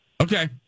Okay